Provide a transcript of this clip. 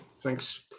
thanks